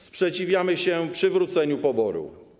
Sprzeciwiamy się przywróceniu poboru.